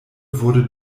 wurde